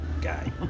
guy